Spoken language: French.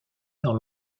dans